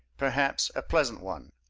perhaps, a pleasant one.